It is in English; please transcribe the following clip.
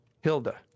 Hilda